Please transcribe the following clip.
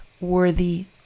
worthy